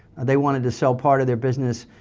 they wanted to sell part of their business.